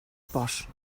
bosch